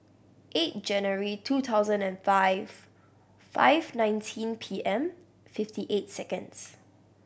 eight January two thousand and five five nineteen P M fifty eight seconds